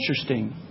interesting